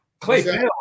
clay